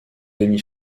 demi